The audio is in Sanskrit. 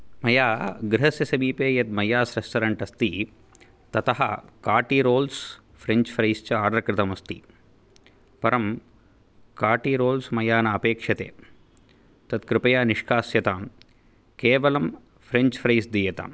मया गृहस्य समीपे यद् मय्यास् रेस्टोरेण्ट् अस्ति ततः काटी रोल्स् फ्रेञ्च् फ्रैस् च आर्डार् कृतमस्ति परं काटी रोल्स् मया न आपेक्षते तद् कृपया निष्काष्यतां केवलं फ्रेञ्च् फ्रैस् दीयताम्